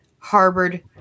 harbored